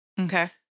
Okay